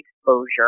exposure